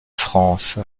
france